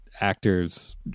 actors